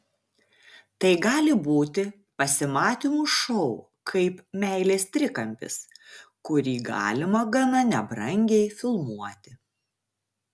tai gali būti pasimatymų šou kaip meilės trikampis kurį galima gana nebrangiai filmuoti